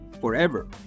forever